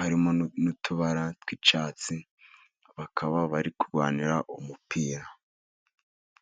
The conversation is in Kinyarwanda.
harimo n'utubara tw'icyatsi, bakaba bari kurwanira umupira.